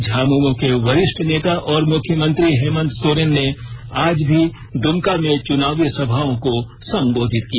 झामुमों के वरिष्ठ नेता और मुख्यमंत्री हेमंत सोरेन ने आज भी दुमका में चुनावी सभाओं को संबोधित किया